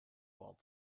walled